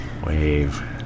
wave